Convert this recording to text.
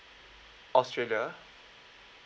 australia